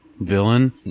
Villain